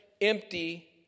empty